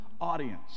audience